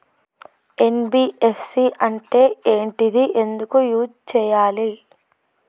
NBFC అంటే ఏంటిది ఎందుకు యూజ్ చేయాలి?